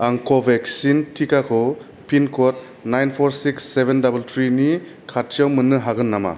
आं कभेक्सिन टिकाखौ पिनक'ड नाइन फर सिक्स सेभेन डाबोल थ्रिनि खाथिआव मोननो हागोन नामा